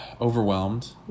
overwhelmed